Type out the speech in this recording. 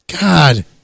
God